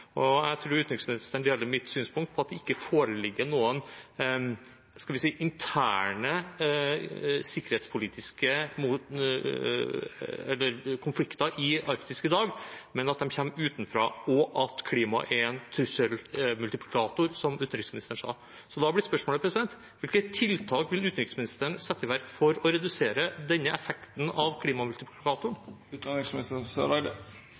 Jeg tror utenriksministeren deler mitt synspunkt om at det ikke foreligger noen interne sikkerhetspolitiske konflikter i Arktis i dag, men at de kommer utenfra, og at klima er en trusselmultiplikator, som utenriksministeren sa. Så da blir spørsmålet: Hvilke tiltak vil utenriksministeren sette i verk for å redusere denne effekten av